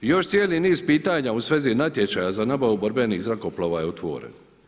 I još cijeli niz pitanja u svezi natječaja za nabavu borbenih zrakoplova je otvoren.